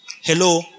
Hello